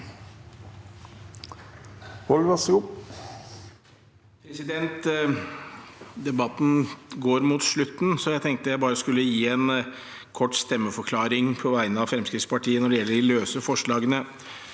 Debatten går mot slutten, så jeg tenkte jeg bare skulle gi en kort stemmeforklaring på vegne av Fremskrittspartiet når det gjelder de løse forslagene.